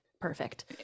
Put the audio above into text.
perfect